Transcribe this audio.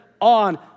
on